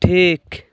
ᱴᱷᱤᱠ